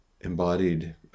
embodied